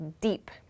deep